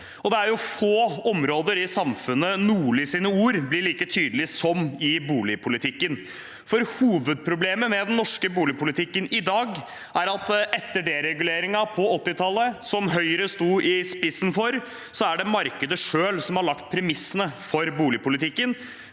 Det er få områder i samfunnet hvor Nordlis ord blir like tydelig som i boligpolitikken. Hovedproblemet med den norske boligpolitikken i dag er at etter dereguleringen på 1980-tallet, som Høyre sto i spissen for, er det markedet selv som har lagt premissene for boligpolitikken,